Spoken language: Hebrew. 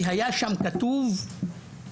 כי היה כתוב שם כיבוש.